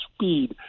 speed